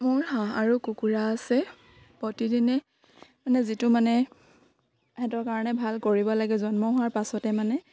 মোৰ হাঁহ আৰু কুকুৰা আছে প্ৰতিদিনে মানে যিটো মানে সেহেঁতৰ কাৰণে ভাল কৰিব লাগে জন্ম হোৱাৰ পাছতে মানে